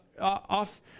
off